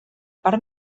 part